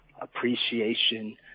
appreciation